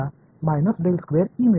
எனவே நான் பெறுவேன்